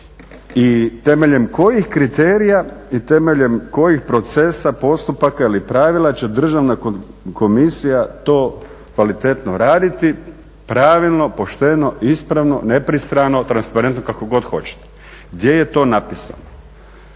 I temeljem kojih kriterija, i temeljem kojih procesa, postupaka ili pravila će državna komisija to kvalitetno raditi, pravilno, pošteno, ispravno, nepristrano, transparentno kako god hoćete? Gdje je to napisano?